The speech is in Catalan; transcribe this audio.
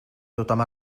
tothom